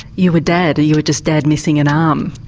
you were dad, you were just dad missing an um